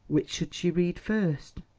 which should she read first?